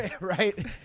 Right